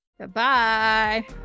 Goodbye